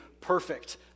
perfect